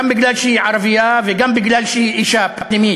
גם בגלל שהיא ערבייה וגם בגלל שהיא אישה, פנימית.